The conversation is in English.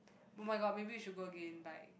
oh-my-god maybe we should go again like